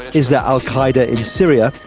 is there al qaeda in syria?